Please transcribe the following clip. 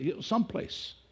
Someplace